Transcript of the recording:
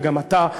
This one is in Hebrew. וגם אתה,